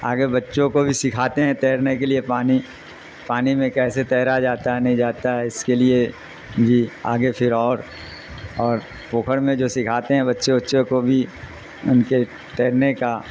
آگے بچوں کو بھی سکھاتے ہیں تیرنے کے لیے پانی پانی میں کیسے تیرا جاتا ہے نہیں جاتا ہے اس کے لیے جی آگے پھر اور اور پوکھر میں جو سکھاتے ہیں بچے اچوں کو بھی ان کے تیرنے کا